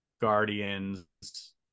Guardians